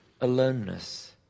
aloneness